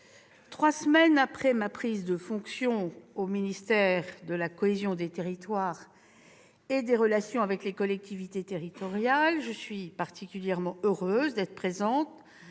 trois semaines après ma prise de fonctions au ministère de la cohésion des territoires et des relations avec les collectivités territoriales, je suis particulièrement heureuse d'être présente